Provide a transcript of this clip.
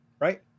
Right